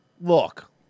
look